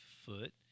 foot